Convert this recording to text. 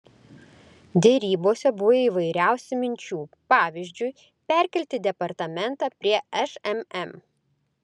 derybose buvo įvairiausių minčių pavyzdžiui perkelti departamentą prie šmm